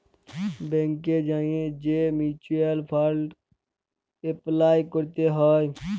ব্যাংকে যাঁয়ে যে মিউচ্যুয়াল ফাল্ড এপলাই ক্যরতে হ্যয়